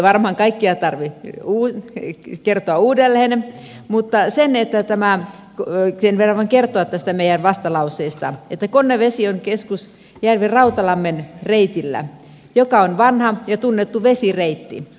minun ei varmaan kaikkia tarvitse kertoa uudelleen mutta sen verran voin kertoa tästä meidän vastalauseesta että konnevesi on keskusjärven rautalammin reitillä joka on vanha ja tunnettu vesireitti